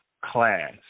class